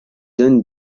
donnent